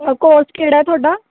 ਔਰ ਕੋਰਸ ਕਿਹੜਾ ਤੁਹਾਡਾ